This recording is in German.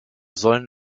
sollen